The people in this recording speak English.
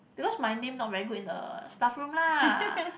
because my name not very good in the staff room lah